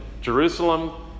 Jerusalem